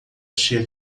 cheia